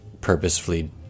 purposefully